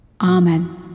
Amen